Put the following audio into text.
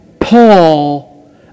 Paul